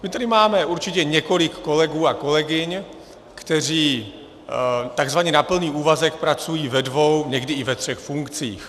My tady máme určitě několik kolegů a kolegyň, kteří takzvaně na plný úvazek pracují ve dvou, někdy i ve třech funkcích.